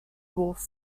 wolf